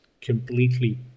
completely